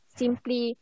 simply